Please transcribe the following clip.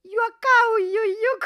juokauju juk